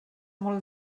molt